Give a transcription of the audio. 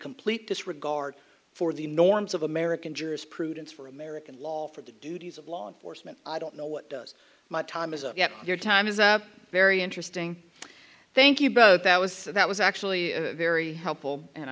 complete disregard for the norms of american jurisprudence for american law for the duties of law enforcement i don't know what does my time is your time is very interesting thank you both that was so that was actually a very helpful and